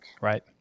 Right